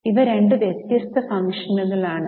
ഇവ രണ്ട് വ്യത്യസ്ത ഫങ്ഷനുകൾ ആണ്